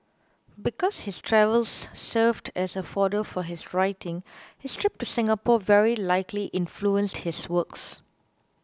because his travels served as a fodder for his writing his trip to Singapore very likely influenced his works